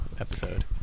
episode